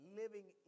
living